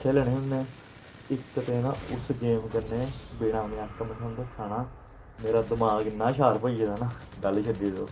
खेलने होन्ने इक ते ना उस गेम कन्नै बिना मजाकै में थुआनूं दस्सना ना मेरा दमाग इन्ना शार्प होई गेदा ना गल्ल छड्डी ओड़ो